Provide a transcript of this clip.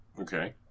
Okay